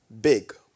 big